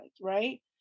right